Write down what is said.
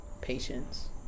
Patience